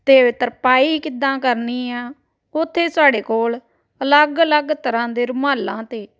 ਅਤੇ ਤਰਪਾਈ ਕਿੱਦਾਂ ਕਰਨੀ ਆ ਉੱਥੇ ਸਾਡੇ ਕੋਲ ਅਲੱਗ ਅਲੱਗ ਤਰ੍ਹਾਂ ਦੇ ਰੁਮਾਲਾਂ 'ਤੇ